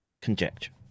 conjecture